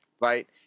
Right